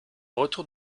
retour